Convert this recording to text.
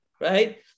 right